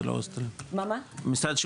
כי אין